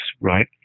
right